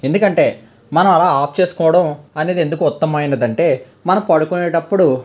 ఎందుకంటే మనం అలా ఆఫ్ చేసుకోవడం అనేది ఎందుకు ఉత్తమమైనది అంటే మనం పడుకునేటప్పుడు